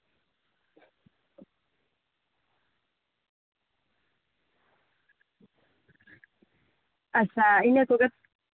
ᱟᱪᱪᱷᱟ ᱤᱱᱟᱹ ᱠᱚᱜᱮ